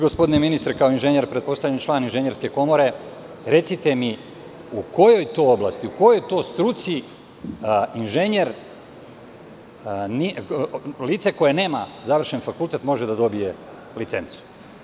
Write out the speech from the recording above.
Gospodine ministre, vi kao inženjer, pretpostavljam kao član Inženjerske komore, recite mi u kojoj to oblasti, u kojoj to struci lice koje nema završen fakultet može da dobije licencu?